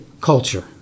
culture